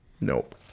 Nope